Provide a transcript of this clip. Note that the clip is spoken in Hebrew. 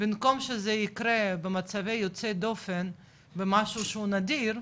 במקום שזה ייקרה במצבים יוצאי דופן במשהו שהוא נדיר,